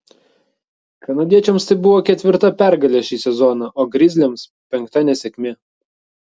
kanadiečiams tai buvo ketvirta pergalė šį sezoną o grizliams penkta nesėkmė